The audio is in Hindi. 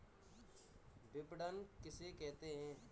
विपणन किसे कहते हैं?